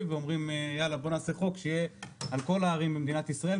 ואומרים בוא נעשה חוק על כל הערים במדינת ישראל,